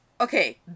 okay